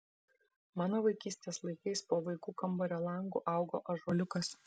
mano vaikystės laikais po vaikų kambario langu augo ąžuoliukas